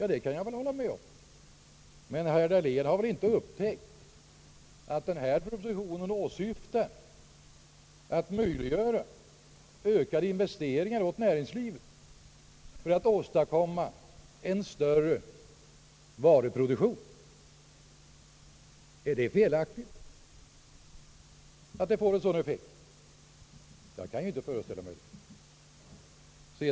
Ja, det kan jag hålla med om; men herr Dahlén tycks inte ha upptäckt att den här propositionen avser att ge näringslivet tillfälle till ökade investeringar för att åstadkomma en större varuproduktion. Är en sådan effekt felaktig? Jag kan inte föreställa mig det.